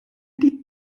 die